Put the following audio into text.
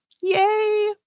Yay